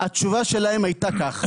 התשובה שלהם הייתה כך: